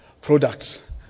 products